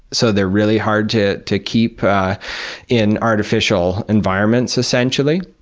so they're really hard to to keep in artificial environments, essentially.